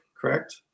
correct